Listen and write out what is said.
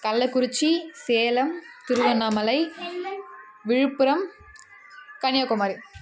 Kallakurichi Salem Tiruvannamalai Villupuram Kanyakumari